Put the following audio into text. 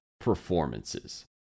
performances